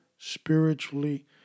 spiritually